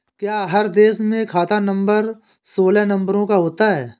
क्या हर देश में खाता नंबर सोलह नंबरों का होता है?